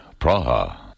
Praha